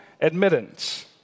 admittance